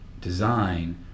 design